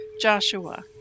Joshua